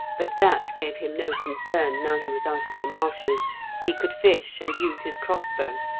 but that gave him no concern now he was out of the marshes he could fish and use his crossbow.